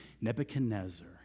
Nebuchadnezzar